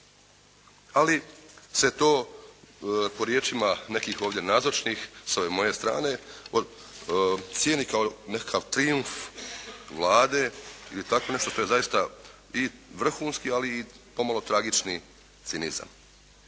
Ali se to po riječima nekih ovdje nazočnih s ove moje strane cijeni kao nekakav trijumf Vlade ili tako nešto. To je zaista i vrhunski ali i pomalo tragični cinizam.